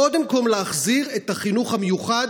קודם כול להחזיר את החינוך המיוחד,